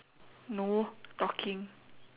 no talking